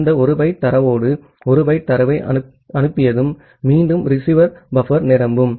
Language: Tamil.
அந்த 1 பைட் தரவோடு 1 பைட் தரவை அனுப்பியதும் மீண்டும் ரிசீவர் பஃபர் நிரம்பும்